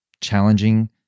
challenging